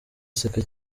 aseka